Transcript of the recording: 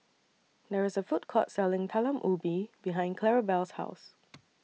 There IS A Food Court Selling Talam Ubi behind Clarabelle's House